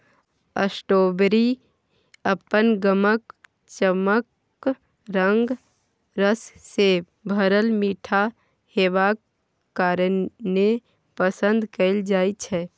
strawberry अपन गमक, चकमक रंग, रस सँ भरल मीठ हेबाक कारणेँ पसंद कएल जाइ छै